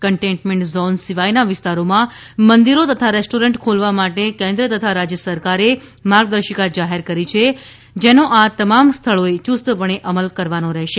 containment zone સિવાયના વિસ્તારોમાં મંદિરો તથા રેસ્ટોરેન્ટ ખોલવા માટે કેન્દ્ર તથા રાજ્ય સરકારે માર્ગદર્શિકા જાહેર કરી છે જેનોઆ તમામ સ્થળોએ યુસ્તપણે અમલ કરવાનો રહેશે